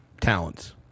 talents